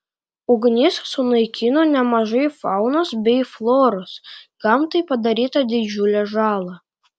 ugnis sunaikino nemažai faunos bei floros gamtai padaryta didžiulė žala